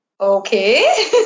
okay